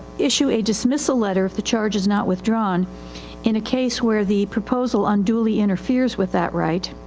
issue a dismissal letter if the charge is not withdrawn in a case where the proposal unduly interferes with that right.